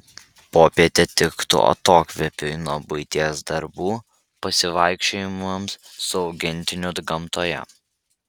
popietė tiktų atokvėpiui nuo buities darbų pasivaikščiojimams su augintiniu gamtoje